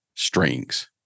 strings